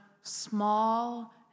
small